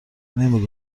نمی